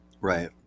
Right